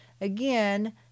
Again